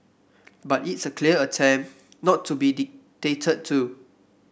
but it's a clear attempt not to be dictated to